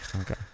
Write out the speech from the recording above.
Okay